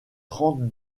trente